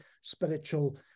spiritual